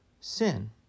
sin